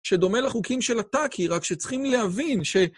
שדומה לחוקים של הטאקי, רק שצריכים להבין ש...